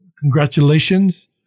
congratulations